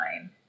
time